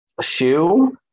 shoe